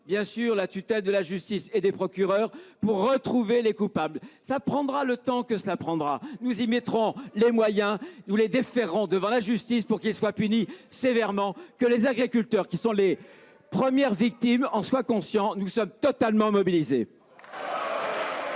bien sûr sous la tutelle de la justice et des procureurs, pour retrouver les coupables. Cela prendra le temps qu’il faudra, mais nous y mettrons les moyens et nous déférerons les responsables devant la justice pour qu’ils soient punis sévèrement. Que les agriculteurs, leurs premières victimes, en soient conscients : nous sommes totalement mobilisés